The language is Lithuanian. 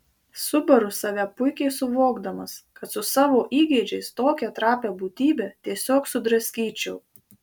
subaru save puikiai suvokdamas kad su savo įgeidžiais tokią trapią būtybę tiesiog sudraskyčiau